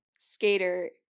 skater